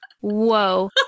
whoa